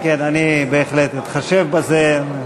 אני בהחלט מתחשב בזה.